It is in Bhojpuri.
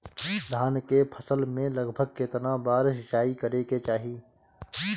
धान के फसल मे लगभग केतना बेर सिचाई करे के चाही?